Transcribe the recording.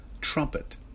trumpet